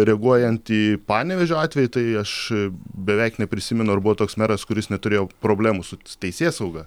reaguojant į panevėžio atvejį tai aš beveik neprisimenu ar buvo toks meras kuris neturėjo problemų su teisėsauga